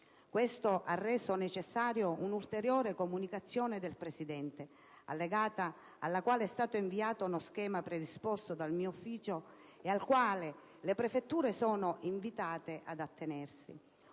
Questo ha reso necessaria un'ulteriore comunicazione del Presidente, allegata alla quale è stato inviato uno schema predisposto dal mio ufficio, cui le prefetture sono invitate ad attenersi.